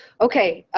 okay,